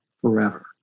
forever